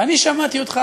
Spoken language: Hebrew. ואני שמעתי אותך,